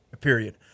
period